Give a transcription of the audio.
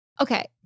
Okay